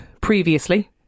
previously